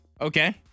Okay